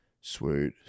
Sweet